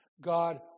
God